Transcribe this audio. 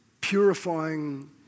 purifying